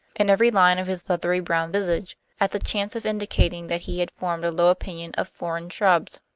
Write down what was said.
in every line of his leathery brown visage, at the chance of indicating that he had formed a low opinion of foreign shrubs.